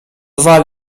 dwa